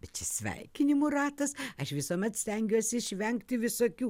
bet čia sveikinimų ratas aš visuomet stengiuosi išvengti visokių